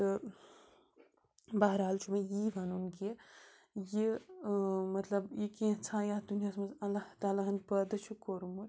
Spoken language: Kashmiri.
تہٕ بحر حال چھُ مےٚ یی وَنُن کہِ یہِ مطلب یہِ کینٛژھا یَتھ دُنیاہَس منٛز اللہ تعالیٰ ہَن پٲدٕ چھُ کوٚرمُت